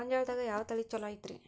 ಗೊಂಜಾಳದಾಗ ಯಾವ ತಳಿ ಛಲೋ ಐತ್ರಿ?